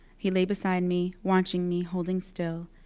he lay beside me, watching me, holding still.